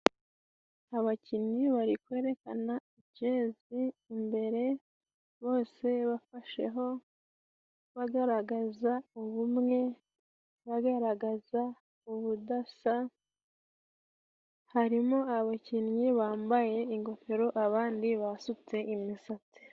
Abakinnyi bari kwerekana jezi imbere, bose bafasheho bagaragaza ubumwe, bagaragaza ubudasa. Harimo abakinnyi bambaye ingofero abandi basutse imisatsi.